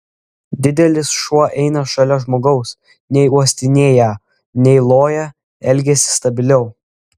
didelis šuo eina šalia žmogaus nei uostinėją nei loja elgiasi stabiliau